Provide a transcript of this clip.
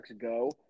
go